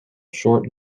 short